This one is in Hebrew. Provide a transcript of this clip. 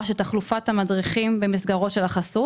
של תחלופת המדריכים במסגרות של חסות